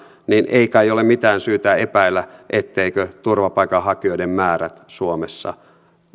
niin ei kai ole mitään syytä epäillä etteivätkö turvapaikanhakijoiden määrät suomessa